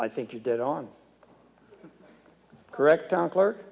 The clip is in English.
i think you're dead on correct on clerk